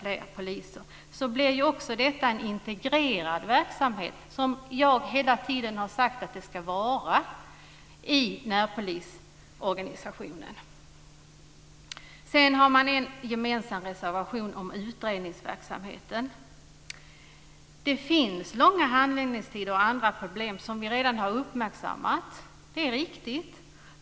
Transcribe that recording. Utryckningsverksamheten blir en integrerad del, och jag har hela tiden sagt att det bör vara så i närpolisorganisationen. En gemensam reservation gäller utredningsverksamheten. Det är riktigt att det finns långa handläggningstider och andra problem, och detta har vi också uppmärksammat.